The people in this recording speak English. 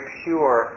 pure